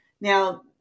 now